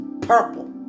purple